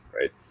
right